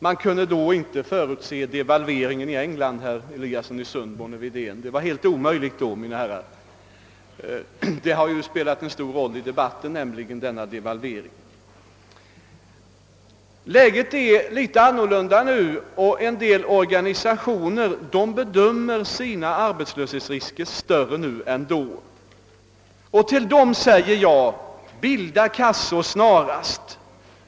Man kunde då inte förutse devalveringen i England, herr Eliasson i Sundborn och herr Wedén! Det var helt omöjligt då, mina herrar. Devalveringen har ju spelat en stor roll i debatten. Läget är alltså litet annorlunda nu, och en del organisationer anser sina arbetslöshetsrisker större nu än då. Till dem säger jag: »Bilda kassor snarast!